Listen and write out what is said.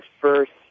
first